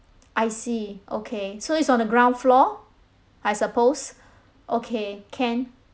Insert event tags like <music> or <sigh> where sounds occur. I see okay so it's on the ground floor I suppose <breath> okay can